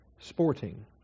Sporting